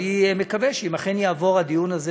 ואני מקווה שאם אכן הדיון הזה,